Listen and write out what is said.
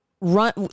run